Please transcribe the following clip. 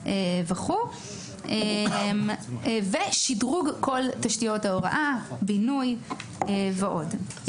וכולי; ושדרוג כל תשתיות ההוראה - בינוי ועוד.